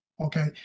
okay